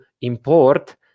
import